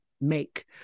make